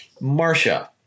Marsha